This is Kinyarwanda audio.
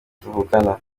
tuvukana